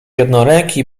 jednoręki